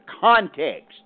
context